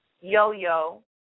Yo-Yo